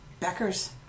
Beckers